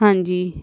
ਹਾਂਜੀ